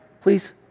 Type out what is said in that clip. please